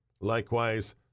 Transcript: Likewise